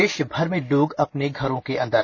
देश भर में लोग अपने घरों के अंदर